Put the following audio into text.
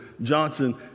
Johnson